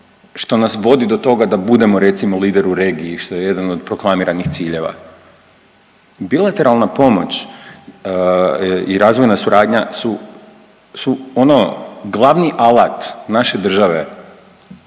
što nas vodi do toga da budemo recimo lider u regiji, što je jedan od proklamiranih ciljeva. Bilateralna pomoć i razvojna suradnja su, su ono glavni alat naše države